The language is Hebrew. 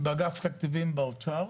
באגף תקציבים באוצר,